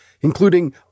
including